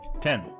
Ten